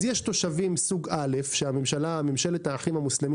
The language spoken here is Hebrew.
יש תושבים מסוג א' שממשלת האחים המוסלמים